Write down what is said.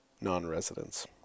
Non-residents